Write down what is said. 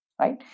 right